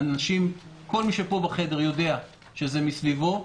כל מי שיושב פה בחדר יודע שזה מסביבו.